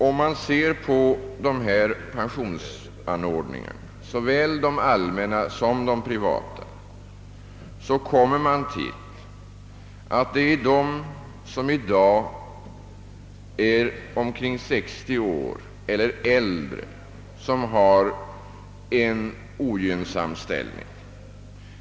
Om man ser på dessa pensionsanordningar, såväl de allmänna som de privata, kommer man till att det är de som i dag är 60 år eller äldre som har en ogynnsam ställning.